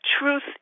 truth